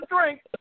drink